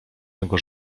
mego